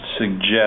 suggest